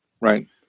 Right